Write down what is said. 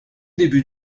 début